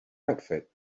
outfit